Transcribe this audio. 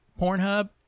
Pornhub